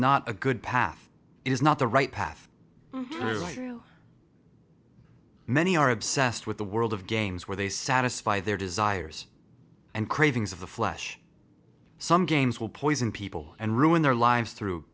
not a good path is not the right path many are obsessed with the world of games where they satisfy their desires and cravings of the flesh some games will poison people and ruin their lives through